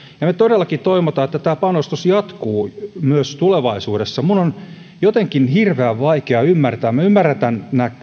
ja me todellakin toivomme että tämä panostus jatkuu myös tulevaisuudessa minun on jotenkin hirveän vaikea ymmärtää minä ymmärrän tämän